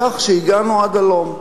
לכך שהגענו עד הלום,